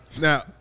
Now